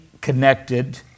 connected